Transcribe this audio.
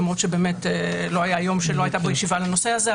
למרות שבאמת לא היה יום שלא הייתה בו ישיבה על הנושא הזה.